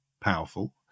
powerful